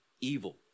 evil